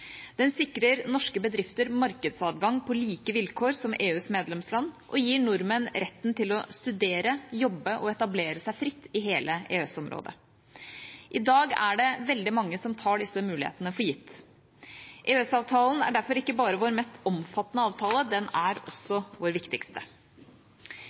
Den sikrer norske bedrifter markedsadgang på like vilkår som EUs medlemsland og gir nordmenn retten til å studere, jobbe og etablere seg fritt i hele EØS-området. I dag er det veldig mange som tar disse mulighetene for gitt. EØS-avtalen er derfor ikke bare vår mest omfattende avtale, den er også